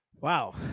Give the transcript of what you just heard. wow